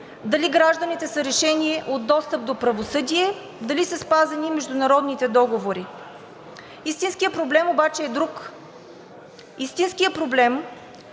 дали гражданите са лишени от достъп до правосъдие, дали са спазени международните договори. Истинският проблем обаче е друг. Истинският проблем